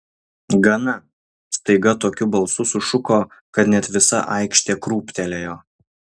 gana staiga tokiu balsu sušuko kad net visa aikštė krūptelėjo